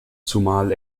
zumal